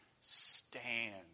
Stand